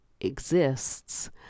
exists